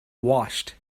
washed